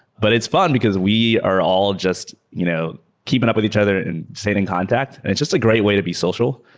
but it's fun because we are all just you know keeping up with each other and staying in contact. it's just a great way to be social.